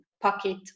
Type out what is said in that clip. pocket